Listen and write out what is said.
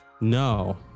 No